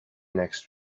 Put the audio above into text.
next